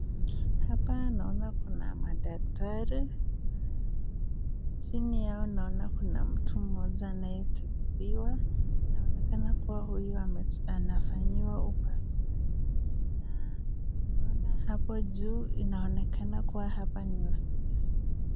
Hapa naona kuna madaktari na chini yao naona kuna mtu mmoja anayetibiwa inaonekana kuwa huyu anafanyiwa upasuaji na naona hapo juu inaonekana kuwa hapa ni hospitali .